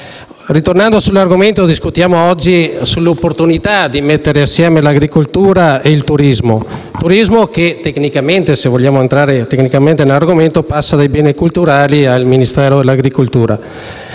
Ritornando sull'argomento, discutiamo oggi sull'opportunità di mettere insieme l'agricoltura e il turismo, che, tecnicamente, se vogliamo entrare nell'argomento, passa dai beni culturali al Ministero dell'agricoltura.